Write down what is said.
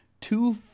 two